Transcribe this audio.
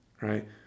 right